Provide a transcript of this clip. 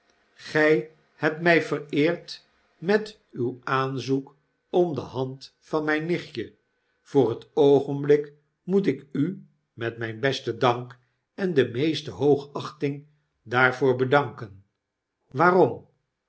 gjj hebt mtj vereerd met uw aanzoek om de hand van mijn nichtje voor het oogenblik moet ik u met mijn besten dankendemeeste hoogachting daarvoor bedanken waarom